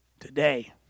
Today